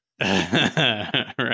Right